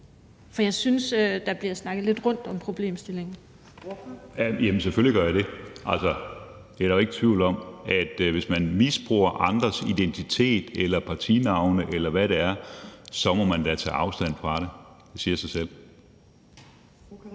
(Trine Torp): Ordføreren. Kl. 14:43 Peter Skaarup (DF): Selvfølgelig gør jeg det. Der er da ikke i tvivl om, at hvis nogen misbruger andres identitet eller partinavn, eller hvad det er, må man tage afstand fra det. Det siger sig selv.